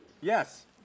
Yes